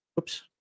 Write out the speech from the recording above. Oops